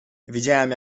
widziałem